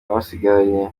basigaranye